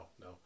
no